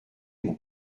mon